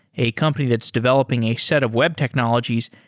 a company that's developing a set of web technologies,